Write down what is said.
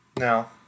Now